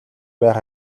байх